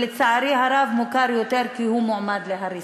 לצערי הרב מוכר יותר, כי הוא מועמד לפינוי והריסה,